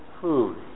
food